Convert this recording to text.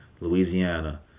Louisiana